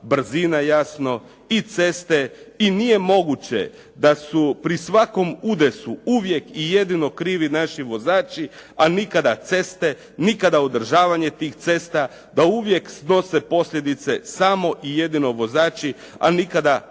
brzina jasno i ceste i nije moguće da su pri svakom udesu uvijek i jedino krivi naši vozači a nikada ceste, nikada održavanje tih cesta, da uvijek snose posljedice samo i jedino vozači a nikada oni